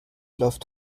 läuft